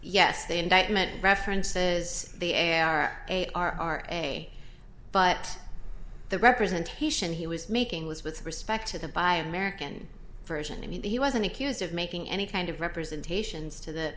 the indictment reference says they are a are a but the representation he was making was with respect to the buy american version and he wasn't accused of making any kind of representations to the